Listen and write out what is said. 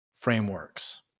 frameworks